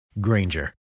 Granger